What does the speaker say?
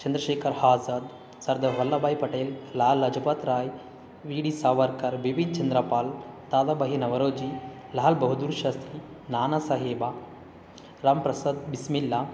Chandrashekhar Azad Sardar Vallabhbhai Patel Lala Lajpat Rai V D Savarkar Bipin Chandrapal Dadabhai Naoroji Lal Bahadur Shastri Nana Saheb Ram Prasad Bismillah